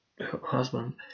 husband